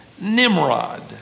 Nimrod